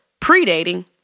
Predating